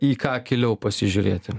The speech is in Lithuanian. į ką akyliau pasižiūrėti